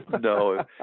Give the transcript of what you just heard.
No